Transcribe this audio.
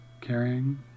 carrying